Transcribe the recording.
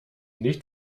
nicht